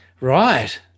Right